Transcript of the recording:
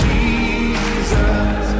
Jesus